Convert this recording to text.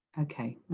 okay,